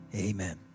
Amen